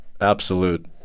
absolute